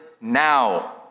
now